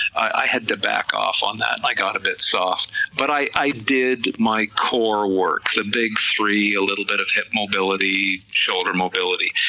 i had to back off on that, i got a bit soft, but i i did my core work, the and big three, a little bit of hip mobility, shoulder mobility,